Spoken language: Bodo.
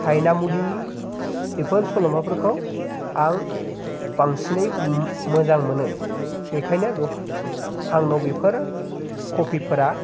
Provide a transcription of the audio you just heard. हायनामुलि बेफोर सल'माफोरखौ आं बांसिनै मोजां मोनो बेनिखायनो बे आंनाव बेफोर कपिफोरा